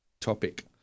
topic